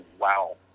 wow